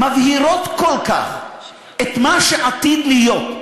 מבהירות כל כך את מה שעתיד להיות.